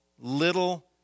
little